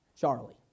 Charlie